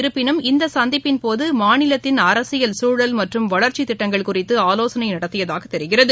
இருப்பினும் இந்தசந்திப்பின்போதுமாநிலத்தின் அரசியல் சூழல் மற்றும் வளர்ச்சித் திட்டங்கள் குறித்துஆலோசனைநடத்தியதாகதெரிகிறது